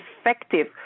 effective